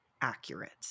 accurate